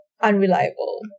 unreliable